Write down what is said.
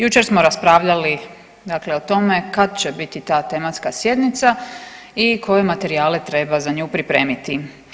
Jučer smo raspravljali dakle o tome kad će biti ta tematska sjednica i koje materijale treba za nju pripremiti.